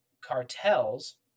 cartels